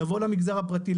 לבוא למגזר הפרטי,